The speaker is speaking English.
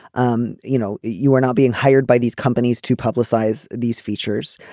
um you know you are not being hired by these companies to publicize these features.